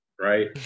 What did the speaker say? right